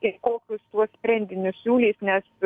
ir kokius tuos sprendinius siūlys nes